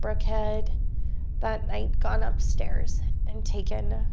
brooke had that night gone upstairs and taken